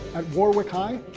at warwick high,